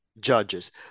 judges